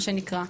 מה שנקרא.